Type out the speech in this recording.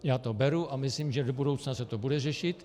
Já to beru a myslím, že do budoucna se to bude řešit.